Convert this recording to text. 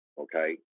okay